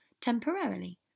temporarily